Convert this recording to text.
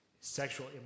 sexual